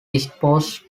disposed